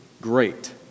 great